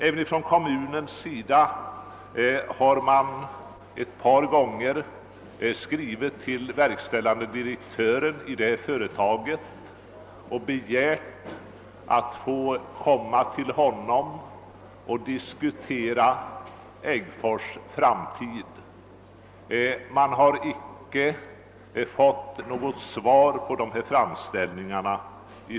Även kommunen har ett par gånger skrivit till verkställande direktören i företaget och begärt att med honom få diskutera Äggfors” framtid. Kommunen har icke fått något svar på de framställningarna.